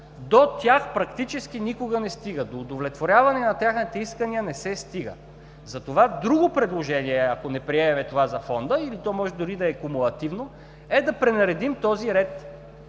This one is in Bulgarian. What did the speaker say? До тях практически никога не се стига, до удовлетворяване на техните искания не се стига. Затова друго предложение, ако не приемем това за Фонда, или то може дори да е кумулативно, е да пренаредим този ред